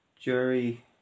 jury